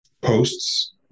posts